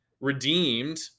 redeemed